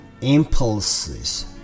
impulses